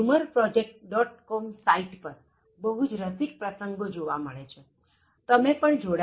com site પર બહુ રસિક પ્રસંગોજોવા મળે છેતમે પણ જોડાઇ શકો